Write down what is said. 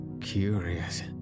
Curious